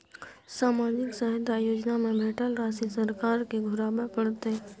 सामाजिक सहायता योजना में भेटल राशि सरकार के घुराबै परतै?